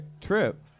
Trip